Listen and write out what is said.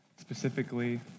specifically